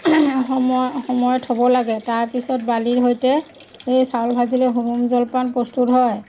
সময় সময় থ'ব লাগে তাৰপিছত বালিৰ সৈতে সেই চাউল ভাজিলে হুৰুম জলপান প্ৰস্তুত হয়